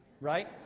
right